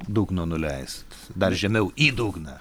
dugno nuleist dar žemiau į dugną